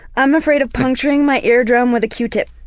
i'm afraid of puncturing my eardrum with a q-tip.